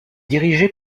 dirigé